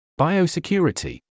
Biosecurity